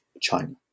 China